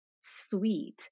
sweet